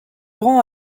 rend